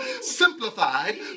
Simplified